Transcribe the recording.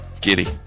Giddy